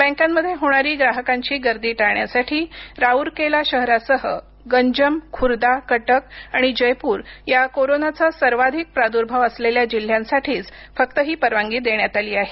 बँकांमध्ये होणारी ग्राहकांची गर्दी टाळण्यासाठी राऊरकेला शहरासह गंजम खुर्दा कटक आणि जयपूर या कोरोनाचा सर्वाधिक प्रादुर्भाव असलेल्या जिल्ह्यांसाठीच फक्त ही परवानगी देण्यात आली आहे